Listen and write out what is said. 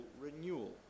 renewal